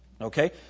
Okay